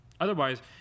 Otherwise